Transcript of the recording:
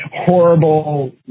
horrible